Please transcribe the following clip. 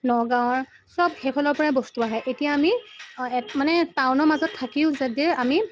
নগাঁৱৰ চব সেইফালৰ পৰাই বস্তু আহে এতিয়া আমি মানে টাউনৰ মাজত থাকিও যাদে আমি